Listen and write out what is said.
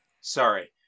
Sorry